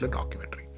documentary